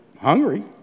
hungry